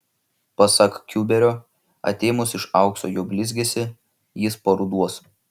pasak kiuberio atėmus iš aukso jo blizgesį jis paruduos